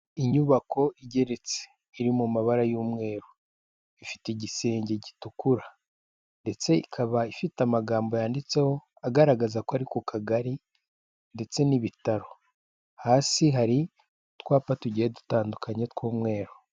Inyubako igeretse iri mu mabara y'umweru, ifite igisenge gitukura ndetse ikaba ifite amagambo yanditseho agaragaza ko ari ku kagari ndetse n'ibitaro, hasi hari utwapa tugiye dutandukanye tw'umweru.